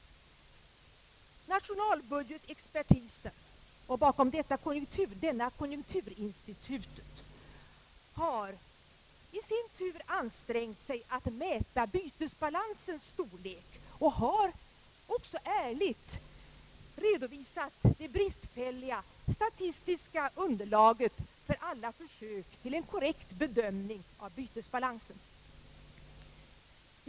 Nationalbudgetexpertisen och bakom denna konjunkturinstitutet har i sin tur ansträngt sig att mäta bytesbalansens storlek och har också ärligt redovisat det bristfälliga statistiska underlaget för alla försök till en korrekt bedömning av bytesbalansen.